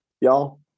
Y'all